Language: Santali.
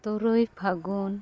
ᱛᱩᱨᱩᱭ ᱯᱷᱟᱹᱜᱩᱱ